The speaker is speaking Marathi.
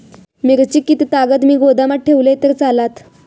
मिरची कीततागत मी गोदामात ठेवलंय तर चालात?